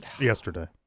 yesterday